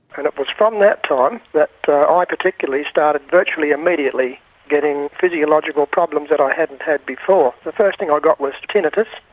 kind of was from that time that ah i particularly started virtually immediately getting physiological problems that i hadn't had before. the first thing i got was tinnitus,